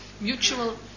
Mutual